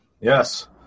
Yes